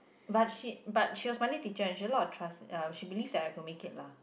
but she but she was my only teacher and she a lot of trust ya she believe that I could make it lah